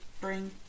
bring